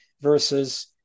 versus